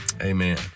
amen